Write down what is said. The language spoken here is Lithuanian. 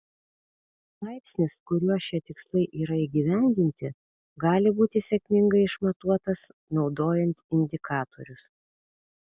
laipsnis kuriuo šie tikslai yra įgyvendinti gali būti sėkmingai išmatuotas naudojant indikatorius